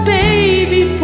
baby